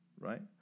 right